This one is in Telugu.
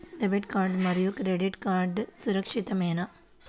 డెబిట్ కార్డ్ మరియు క్రెడిట్ కార్డ్ సురక్షితమేనా?